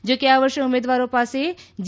જો કે આ વર્ષે ઉમેદવારો પાસે જે